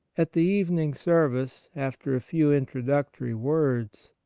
at the evening service, after a few introductory words,